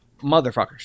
motherfuckers